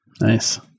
Nice